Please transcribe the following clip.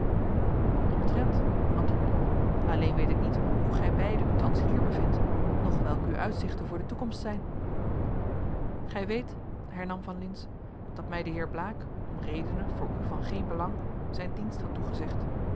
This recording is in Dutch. omtrent antwoordde ik alleen weet ik niet hoe gij beiden u thans hier bevindt noch welke uw uitzichten voor de toekomst zijn gij weet hernam van lintz dat mij de heer blaek om redenen voor u van geen belang zijn dienst had toegezegd